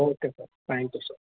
okay sir thank you ಸ